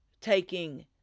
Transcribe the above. taking